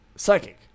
Psychic